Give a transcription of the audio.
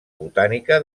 botànica